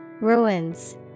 Ruins